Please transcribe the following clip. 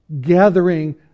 gathering